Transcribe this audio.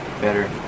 better